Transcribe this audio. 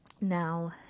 Now